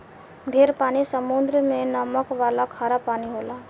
ढेर पानी समुद्र मे नमक वाला खारा पानी होला